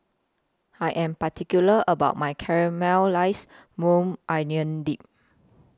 I Am particular about My Caramelized Maui Onion Dip